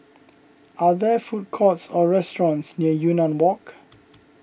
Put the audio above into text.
are there food courts or restaurants near Yunnan Walk